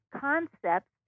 concepts